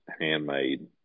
handmade